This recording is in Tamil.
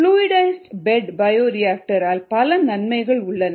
புளுஇடைஸ்டு பெட் பயோரியாக்டர் ஆல் பல நன்மைகள் உள்ளன